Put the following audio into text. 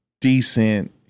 decent